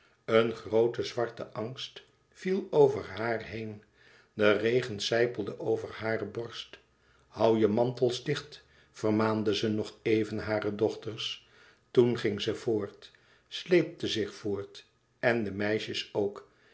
eene groote zwarte angst viel over haar heen de regen sijpelde over hare borst hoû je mantels dicht vermaande ze nog even hare dochters toen ging ze voort sleepte zich voort en de meisjes ook